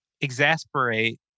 exasperate